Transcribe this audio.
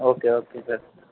okay okay sir